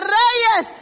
reyes